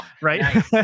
right